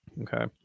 Okay